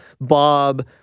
Bob